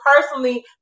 personally